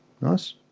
Nice